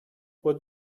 what